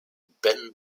ben